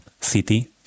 city